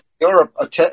Europe